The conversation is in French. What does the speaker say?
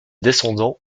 descendants